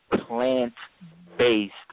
plant-based